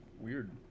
Weird